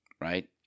right